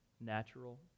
natural